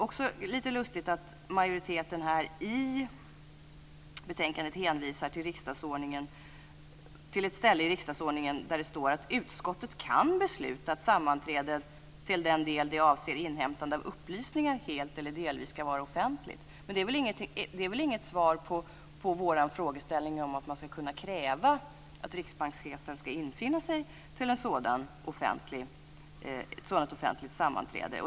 Det är lite lustigt att majoriteten i betänkandet hänvisar till ett ställe i riksdagsordningen där det står att utskottet kan besluta att sammanträdet till den del det avser inhämtande av upplysningar helt eller delvis ska vara offentligt. Men det är väl inget svar på vårt krav på att man ska kunna kräva att riksbankschefen ska infinna sig till ett sådant offentligt sammanträde?